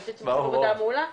אני חושבת שהם עושים עבודה מעולה,